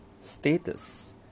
status